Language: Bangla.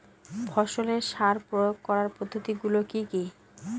ফসলের সার প্রয়োগ করার পদ্ধতি গুলো কি কি?